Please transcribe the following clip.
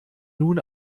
nun